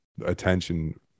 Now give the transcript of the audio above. attention